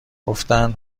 گفتند